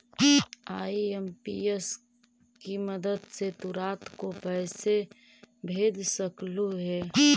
IMPS की मदद से तु रात को पैसे भेज सकलू हे